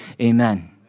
amen